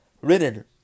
written